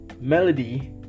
melody